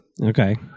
okay